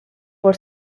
por